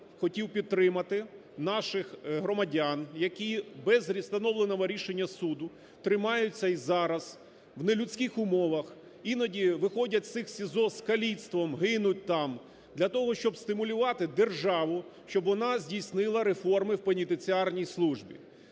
що хотів підтримати наших громадян, які без встановленого рішення суду тримаються і зараз в нелюдських умовах, іноді виходять з цих СІЗО з каліцтвом, гинуть там. Для того, щоб стимулювати державу, щоб вона здійснила реформи в пенітенціарній службі.